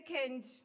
second